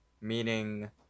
meaning